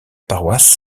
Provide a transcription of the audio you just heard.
paroisse